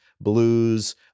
blues